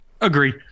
agree